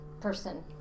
person